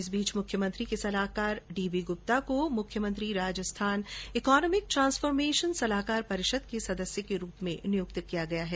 इस बीच मुख्यमंत्री के सलाहकार डीबी गुप्ता को मुख्यमंत्री राजस्थान इकॉनोमिक ट्रांसफॉर्मेशन सलाहकार परिषद के सदस्य के रूप में नियुक्त किया गया है